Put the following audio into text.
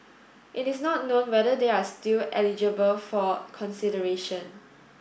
it is not known whether they are still eligible for consideration